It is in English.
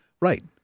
Right